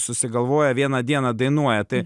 susigalvoja vieną dieną dainuoja tai